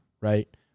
Right